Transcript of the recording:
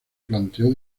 planteó